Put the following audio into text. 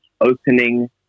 Opening